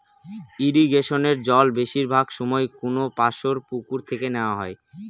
ইরিগেশনের জল বেশিরভাগ সময় কোনপাশর পুকুর থেকে নেওয়া হয়